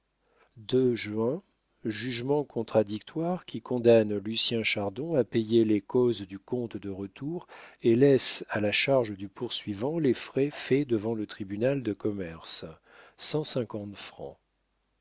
juin jugement contradictoire qui condamne lucien chardon à payer les causes du compte de retour et laisse à la charge du poursuivant les frais faits devant le tribunal de commerce